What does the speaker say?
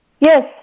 Yes